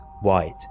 white